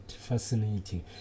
fascinating